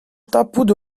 tapout